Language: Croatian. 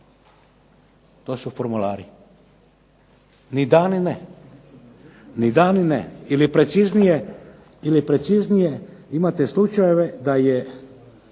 To su formulari. Ni da, ni ne. Ili preciznije imate slučajeve da je